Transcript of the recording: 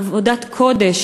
עבודת קודש,